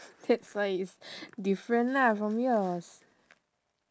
that's why it's different lah from yours